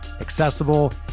accessible